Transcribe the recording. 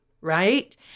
right